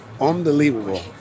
unbelievable